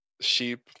sheep